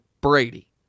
Brady